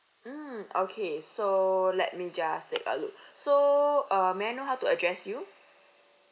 mm okay so let me just take a look so um may I know how to address you